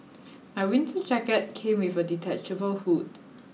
my winter jacket came with a detachable hood